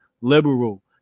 liberal